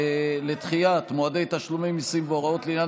לדחיית מועדי תשלומי מסים והוראות לעניין